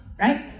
right